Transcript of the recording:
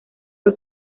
fue